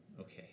Okay